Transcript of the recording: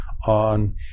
On